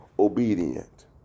obedient